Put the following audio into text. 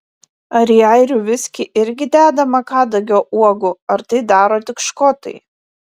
ar į airių viskį irgi dedama kadagio uogų ar tai daro tik škotai